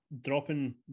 dropping